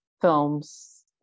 films